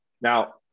now